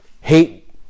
hate